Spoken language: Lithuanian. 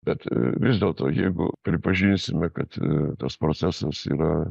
bet vis dėlto jeigu pripažinsime kad tas procesas yra